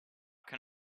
can